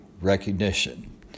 recognition